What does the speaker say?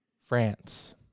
France